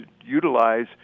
utilize